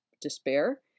despair